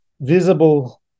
visible